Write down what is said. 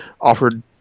offered